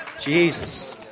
Jesus